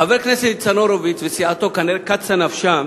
חבר הכנסת ניצן הורוביץ וסיעתו, כנראה קצה נפשם